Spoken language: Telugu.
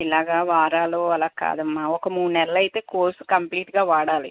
ఇలాగ వారాలు అలా కాదమ్మా ఒక మూడు నెలలు అయితే కోర్స్ కంప్లీట్గా వాడాలి